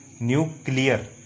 Nuclear